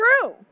true